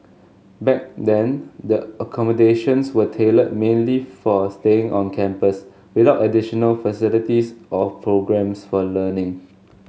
back then the accommodations were tailored mainly for staying on campus without additional facilities or programmes for learning